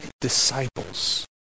disciples